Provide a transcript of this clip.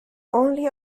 only